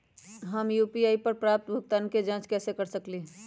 हम यू.पी.आई पर प्राप्त भुगतान के जाँच कैसे कर सकली ह?